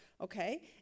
okay